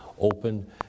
open